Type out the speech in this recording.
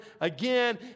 again